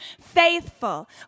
faithful